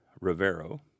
Rivero